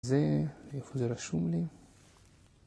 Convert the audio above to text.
‫זה, איפה זה רשום לי?